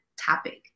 topic